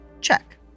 check